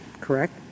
correct